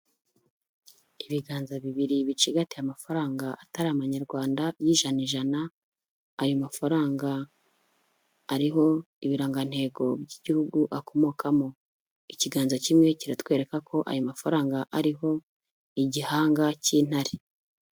Ibiganza bibiri bicigatiye amafaranga atari amanyarwanda y'ijana ijana, ayo mafaranga ariho ibirangantego by'igihugu akomokamo, ikiganza kimwe kiratwereka ko aya mafaranga ariho igihanga cy'intare.